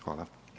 Hvala.